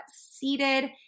seated